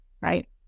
Right